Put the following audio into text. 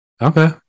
Okay